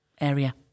area